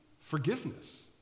forgiveness